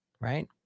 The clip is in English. right